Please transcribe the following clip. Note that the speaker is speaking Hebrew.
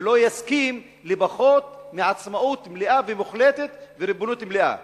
ולא יסכים לפחות מעצמאות מלאה ומוחלטת וריבונות מלאה בגדה,